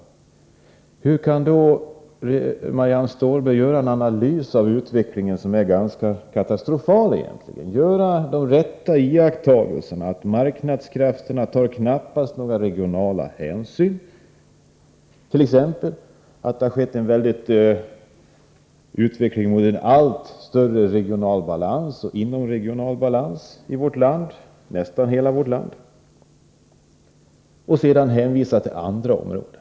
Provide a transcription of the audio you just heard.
Men hur kan då Marianne Stålberg göra en analys av utvecklingen som egentligen är ganska katastrofal? Hon underlåter att göra de rätta iakttagelserna — exempelvis att marknadskrafterna knappast tar några regionala hänsyn, att det skett en utveckling mot allt större regional och inomregional obalans i nästan hela vårt land — och sedan hänvisar hon till andra områden.